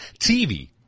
TV